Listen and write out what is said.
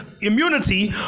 immunity